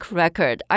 record